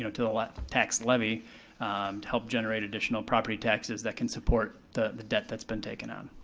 to the tax levy to help generate additional property taxes that can support the the debt that's been taken out.